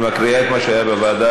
היא מקריאה כמו שהיה בוועדה.